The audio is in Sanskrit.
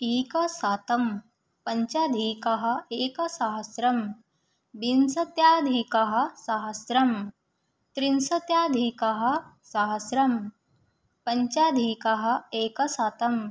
एकशतं पञ्चाधिक एकसहस्रं विंशत्याधिक सहस्रं त्रिंशत्याधिक सहस्रं पञ्चाधिक एकशतम्